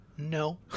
No